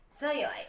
cellulite